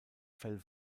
fell